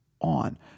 on